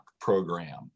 program